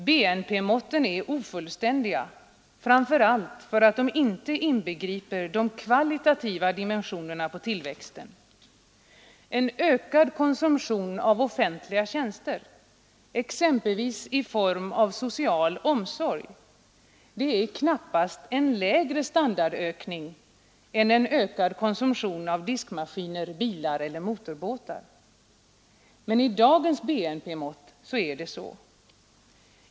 BNP-måtten är ofullständiga, framför allt därför att de inte har med de kvalitativa dimensionerna på tillväxten. En ökad konsumtion av offentliga tjänster, exempelvis i form av social omsorg, är knappast en lägre standardökning än en ökad konsumtion av diskmaskiner, bilar eller motorbåtar. Men i dagens BNP-mått är det så.